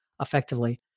effectively